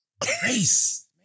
Grace